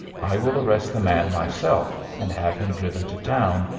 i will arrest the man myself, and have him driven to town,